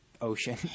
ocean